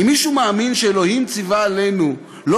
אם מישהו מאמין שאלוהים ציווה עלינו לא